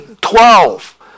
twelve